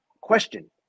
question